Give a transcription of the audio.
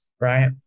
right